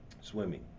swimming